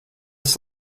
tas